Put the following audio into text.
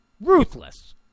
ruthless